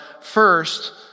first